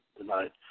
tonight